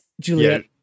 Juliet